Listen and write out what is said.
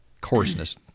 coarseness